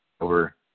over